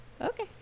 Okay